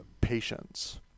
patience